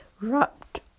wrapped